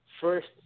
first